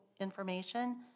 information